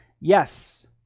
Yes